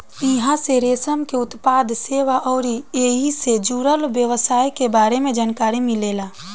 इहां से रेशम के उत्पादन, सेवा अउरी ऐइसे जुड़ल व्यवसाय के बारे में जानकारी मिलेला